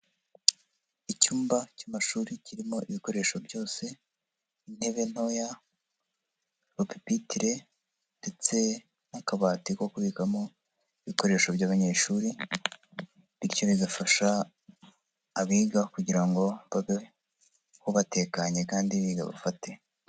Icyumba cy'amashuri kirimo ibikoresho byose, intebe ntoya, pipitire ndetse n'akabati ko kubikamo ibikoresho by'abanyeshuri, bityo bigafasha abiga kugira ngo babeho batekanye kandi biga bafate.